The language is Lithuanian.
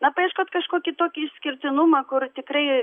na paieškot kažkokį tokį išskirtinumą kur tikrai